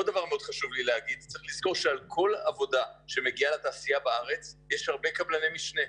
חשוב לזכור שעל כל עבודה שמגיעה לתעשייה בארץ יש הרבה קבלני משנה.